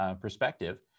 perspective